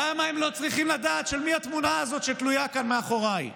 למה הם לא צריכים לדעת של מי התמונה הזאת שתלויה כאן מאחוריי?